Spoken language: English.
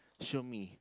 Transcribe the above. show me